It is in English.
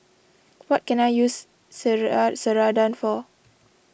what can I use Ceradan for